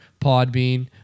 Podbean